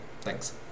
Thanks